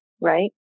right